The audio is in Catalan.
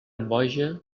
boja